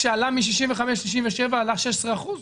כשעלה גיל הפרישה מ-65 ל-67, עלה ב-16 אחוזים?